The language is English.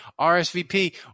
RSVP